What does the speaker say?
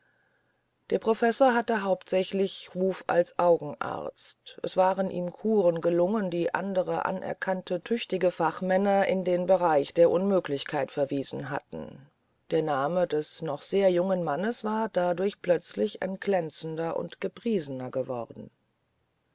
der professor hatte hauptsächlich ruf als augenarzt es waren ihm kuren gelungen die andere anerkannt tüchtige fachmänner in das bereich der unmöglichkeiten verwiesen hatten der name des noch sehr jungen mannes war dadurch plötzlich ein glänzender und gepriesener geworden